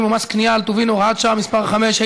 ומס קנייה על טובין (הוראת שעה מס' 5),